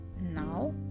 now